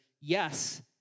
yes